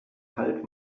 halt